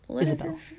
Isabel